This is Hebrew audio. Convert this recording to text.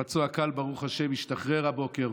הפצוע הקל, ברוך השם, השתחרר הבוקר.